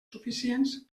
suficients